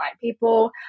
people